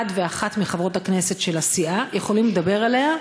ואחת מחברות הכנסת של הסיעה יכולים לדבר עליהן,